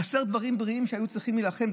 חסרים דברים לא בריאים שהיו צריכים להילחם?